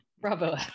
bravo